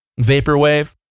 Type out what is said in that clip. Vaporwave